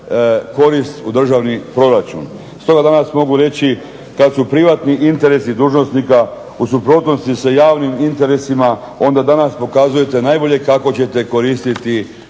korist u državni proračun. Stoga danas mogu reći kad su privatni interesi dužnosnika u suprotnosti sa javnim interesima onda danas pokazujete najbolje kako ćete koristiti